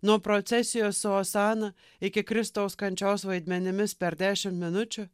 nuo procesijos su osana iki kristaus kančios vaidmenimis per dešim minučių